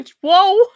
whoa